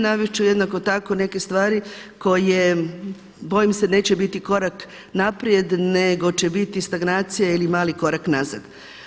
Navest ću jednako tako neke stvari koje bojim se neće biti korak naprijed, nego će biti stagnacija ili mali korak nazad.